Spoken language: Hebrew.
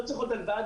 לא צריך עוד הלוואה,